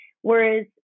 Whereas